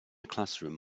classroom